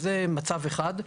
זה מצד אחד.